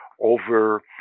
over